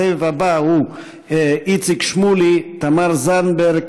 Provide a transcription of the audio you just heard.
הסבב הבא הוא: איציק שמולי, תמר זנדברג,